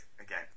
again